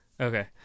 Okay